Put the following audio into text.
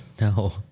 No